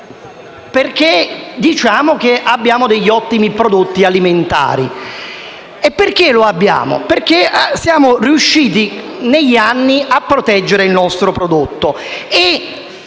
e diciamo che abbiamo degli ottimi prodotti alimentari. Ma li abbiamo perché siamo riusciti, negli anni, a proteggere il nostro prodotto,